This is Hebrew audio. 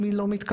מי לא מתקבל,